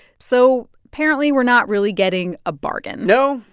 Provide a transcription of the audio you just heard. so apparently, we're not really getting a bargain no.